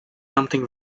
something